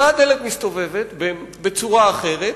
אותה דלת מסתובבת, בצורה אחרת,